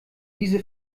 diese